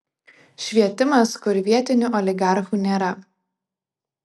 švietimas kur vietinių oligarchų nėra